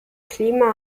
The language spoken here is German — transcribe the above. klima